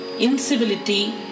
incivility